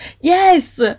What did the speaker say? Yes